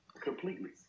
completely